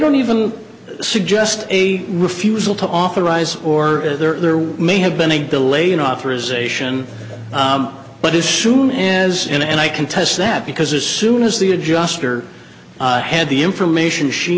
don't even suggest a refusal to authorize or there may have been a delay in authorization but as soon as in and i contest that because as soon as the adjuster had the information she